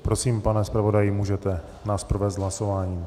Prosím, pane zpravodaji, můžete nás provést hlasováním.